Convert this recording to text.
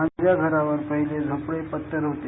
माझ्या घरावर पहिले झोपडेपत्तर होते